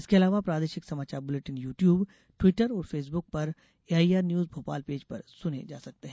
इसके अलावा प्रादेशिक समाचार बुलेटिन यू ट्यूब ट्विटर और फेसबुक पर एआईआर न्यूज भोपाल पेज पर सुने जा सकते हैं